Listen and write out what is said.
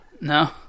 No